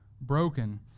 broken